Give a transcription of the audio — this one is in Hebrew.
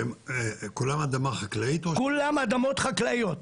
שכולן אדמות חקלאיות?